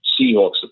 Seahawks